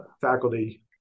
faculty